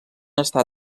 està